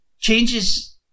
changes